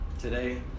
Today